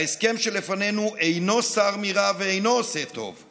ההסכם שלפנינו אינו סר מרע ואינו עושה טוב.